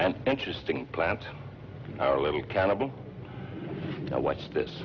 and interesting plants are a little cannibal i watched this